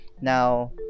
Now